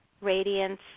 radiance